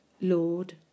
Lord